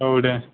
औ दे